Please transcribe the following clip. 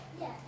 Yes